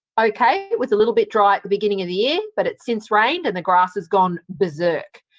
okay, it was a little bit dry at the beginning of the year but it's since rained and the grass has gone berserk.